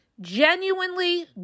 genuinely